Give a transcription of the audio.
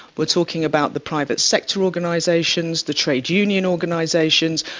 we're talking about the private sector organisations, the trade union organisations,